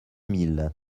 mille